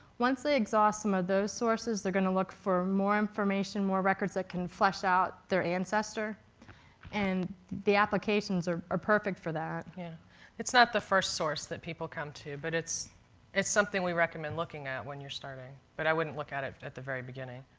once they exhaust um ah those sources they're going to look for more information, more records that can flesh out their ancestor and the applications are are perfect for that. katherine vollen yeah it's not the first source that people come to, but it's it's something we recommend looking at when you're starting. but i wouldn't look at it at the very beginning.